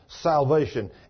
salvation